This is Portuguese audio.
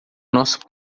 nosso